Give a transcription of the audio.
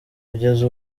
kugeza